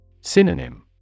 Synonym